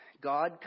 God